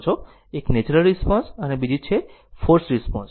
એક natural response છે અને બીજી છે ફોર્સ્ડ રિસ્પોન્સ